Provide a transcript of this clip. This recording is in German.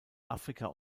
afrika